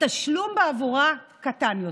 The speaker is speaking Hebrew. התשלום בעבורה קטן יותר.